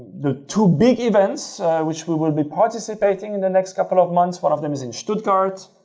the two big events which we will be participating in the next couple of months, one of them is in stuttgart